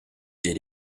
did